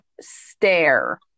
stare